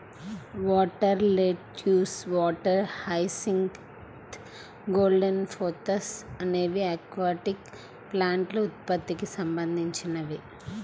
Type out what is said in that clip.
water lettuce, water hyacinth, golden pothos అనేవి aquatic ప్లాంట్ల ఉత్పత్తికి సంబంధించినవి